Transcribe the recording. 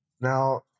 Now